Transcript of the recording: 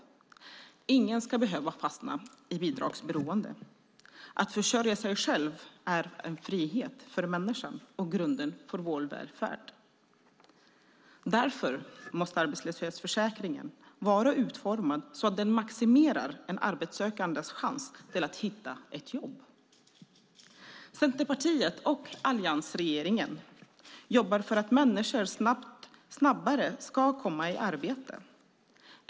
Ingen ska behöva fastna i bidragsberoende, Att försörja sig själv är frihet för människan och grunden för vår välfärd. Därför måste arbetslöshetsförsäkringen vara utformad så att den maximerar en arbetssökandes chans till att hitta ett jobb. Centerpartiet och alliansregeringen jobbar för att människor snabbare ska komma i arbete.